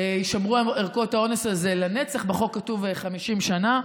יישמרו ערכות האונס האלה לנצח, בחוק כתוב 50 שנה,